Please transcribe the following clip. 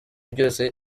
byose